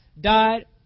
died